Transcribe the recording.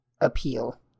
appeal